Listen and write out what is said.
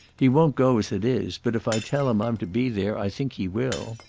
he won't go as it is but if i tell him i'm to be there, i think he will.